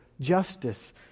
justice